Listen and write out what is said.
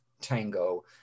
tango